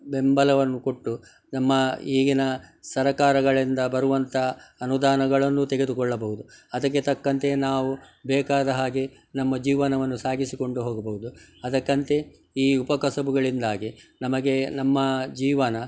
ಬೆಂಬಲವನ್ನು ಕೊಟ್ಟು ನಮ್ಮ ಈಗಿನ ಸರಕಾರಗಳಿಂದ ಬರುವಂಥ ಅನುದಾನಗಳನ್ನು ತೆಗೆದುಕೊಳ್ಳಬಹುದು ಅದಕ್ಕೆ ತಕ್ಕಂತೆ ನಾವು ಬೇಕಾದ ಹಾಗೆ ನಮ್ಮ ಜೀವನವನ್ನು ಸಾಗಿಸಿಕೊಂಡು ಹೋಗ್ಬೋದು ಅದಕ್ಕಂತೆ ಈ ಉಪಕಸಬುಗಳಿಂದಾಗಿ ನಮಗೆ ನಮ್ಮ ಜೀವನ